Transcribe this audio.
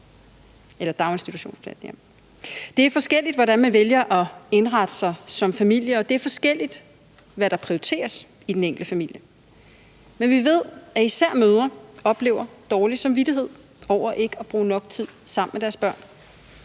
Det er forskelligt, hvordan man vælger at indrette sig som familie, og det er forskelligt, hvad der prioriteres i den enkelte familie, men vi ved, at især mødre oplever dårlig samvittighed over ikke at bruge nok tid sammen med deres børn,